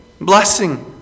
blessing